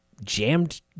jammed